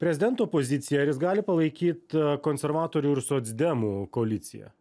prezidento pozicija ar jis gali palaikyt konservatorių ir socdemų koaliciją